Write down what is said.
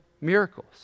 miracles